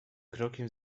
krokiem